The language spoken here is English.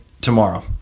tomorrow